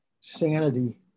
sanity